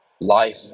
life